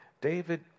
David